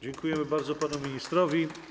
Dziękujemy bardzo panu ministrowi.